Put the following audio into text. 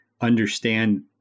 understand